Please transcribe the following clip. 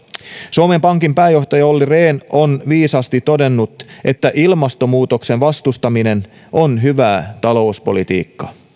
suomen pankin pääjohtaja olli rehn on viisaasti todennut että ilmastonmuutoksen vastustaminen on hyvää talouspolitiikkaa